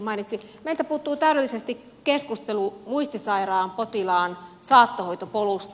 meiltä puuttuu täydellisesti keskustelu muistisairaan potilaan saattohoitopolusta